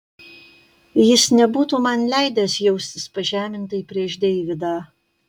jis nebūtų man leidęs jaustis pažemintai prieš deividą